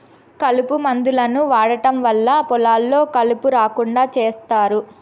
కలుపు మందులను వాడటం వల్ల పొలాల్లో కలుపు రాకుండా చేత్తారు